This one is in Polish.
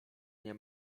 nie